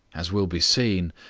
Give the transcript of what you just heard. as will be seen,